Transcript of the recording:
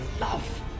love